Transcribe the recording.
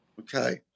Okay